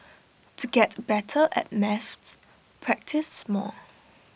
to get better at maths practise more